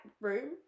room